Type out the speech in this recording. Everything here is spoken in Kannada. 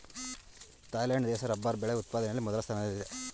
ಥಾಯ್ಲೆಂಡ್ ದೇಶ ರಬ್ಬರ್ ಬೆಳೆ ಉತ್ಪಾದನೆಯಲ್ಲಿ ಮೊದಲ ಸ್ಥಾನದಲ್ಲಿದೆ